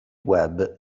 web